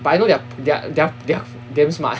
but I know they're they're they're they're damn smart